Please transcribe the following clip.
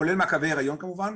כולל מעקבי היריון כמובן.